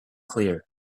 clear